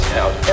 out